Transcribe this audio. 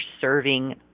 serving